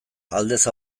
aldez